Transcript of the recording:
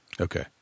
okay